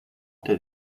did